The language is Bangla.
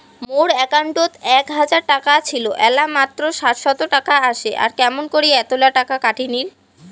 মোর একাউন্টত এক হাজার টাকা ছিল এলা মাত্র সাতশত টাকা আসে আর কেমন করি এতলা টাকা কাটি নিল?